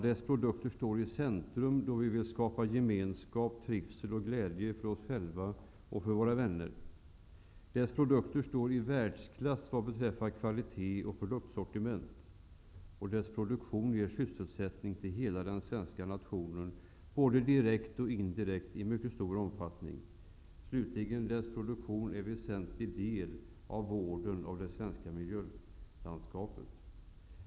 Dess produkter står i centrum då vi vill skapa gemenskap, trivsel och glädje för oss själva och för våra goda vänner. Dess produkter står i världsklass vad beträffar kvalitet och produktsortiment. Dess produktion ger sysselsättning till hela den svenska nationen, både direkt och indirekt i mycket stor omfattning. Dess produktion är en väsentlig del av vården av det svenska miljölandskapet.